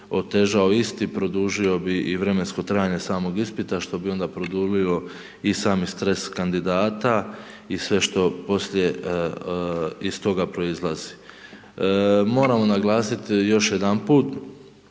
otežao isti, produžio bi i vremensko trajanje samog ispita, što bi onda produljio i sami stres kandidata i sve što poslije iz toga proizlazi. Moramo naglasit još jedanput